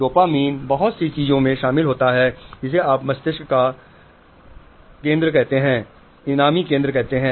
dopamine बहुत सी चीजों में शामिल होता है जिसे आप मस्तिष्क का इनाम केंद्र कहते हैं